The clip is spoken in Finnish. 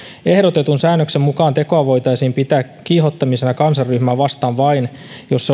ehdotetun säännöksen mukaan tekoa voitaisiin pitää kiihottamisena kansanryhmää vastaan vain jos